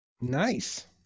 nice